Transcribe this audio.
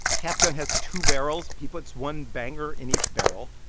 cap gun has two barrels. he puts one banger in each barrel,